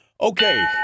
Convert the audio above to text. Okay